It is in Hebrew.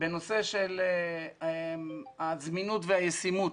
בנושא של הזמינות והישימות.